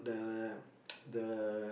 the the